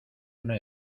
una